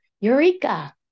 Eureka